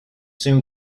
soon